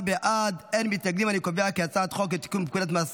להעביר את הצעת חוק לתיקון פקודת מס